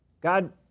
God